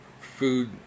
food